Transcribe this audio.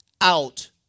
out